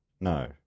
No